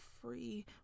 free